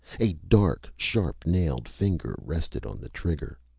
a dark, sharp-nailed finger rested on the trigger.